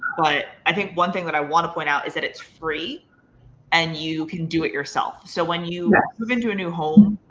but i think one thing that i wanna point out is that it's free and you can do it yourself. so when you move into a new home,